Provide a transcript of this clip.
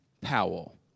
Powell